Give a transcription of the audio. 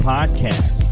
Podcast